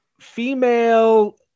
female